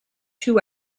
two